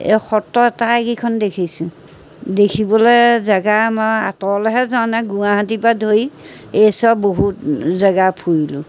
এই সত্ৰ আটাইকেইখন দেখিছোঁ দেখিবলৈ জেগা মই আঁতৰলৈহে যোৱা নাই গুৱাহাটীৰপৰা ধৰি এই চব বহুত জেগা ফুৰিলোঁ